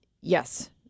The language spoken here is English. yes